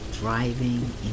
driving